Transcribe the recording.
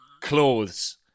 Clothes